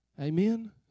Amen